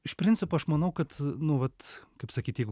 iš principo aš manau kad nu vat kaip sakyt jeigu